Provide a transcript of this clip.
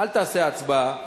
אל תעשה הצבעה,